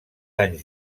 anys